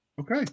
Okay